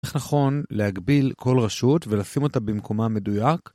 איך נכון להגביל כל רשות ולשים אותה במקומה המדויק?